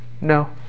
no